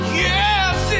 yes